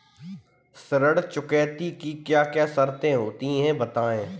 ऋण चुकौती की क्या क्या शर्तें होती हैं बताएँ?